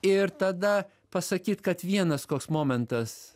ir tada pasakyt kad vienas koks momentas